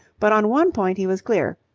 but on one point he was clear,